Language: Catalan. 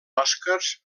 oscars